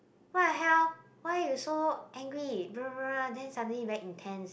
what the hell why you so angry then suddenly very intense